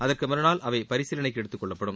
அதற்கு மறுநாள் அவை பரிசீலனைக்கு எடுத்துக் கொள்ளப்படும்